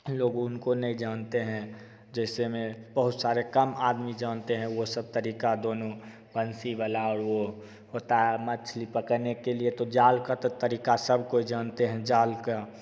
लोग उनको नहीं जानते हैं जैसे में बहुत सारे कम आदमी जानते हैं वो सब तरीक़ा दोनों बंसी वाला और वो होता है मछली पकड़ने के लिए तो जाल का तो तरीक़ा सब कोई जानते हैं जाल का